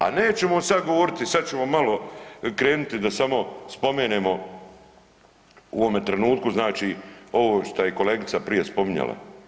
A nećemo sad govoriti, sad ćemo malo krenuti da samo spomenemo u ovome trenutku znači ovo što je i kolegica prije spominjala.